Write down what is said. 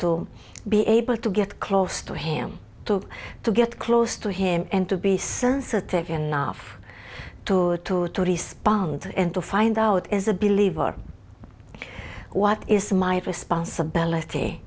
to be able to get close to him too to get close to him and to be sensitive enough to respond and to find out is a believer what is my responsibility